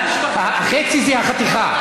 חצי זה החתיכה.